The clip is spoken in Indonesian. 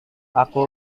aku